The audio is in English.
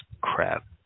crap